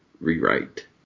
rewrite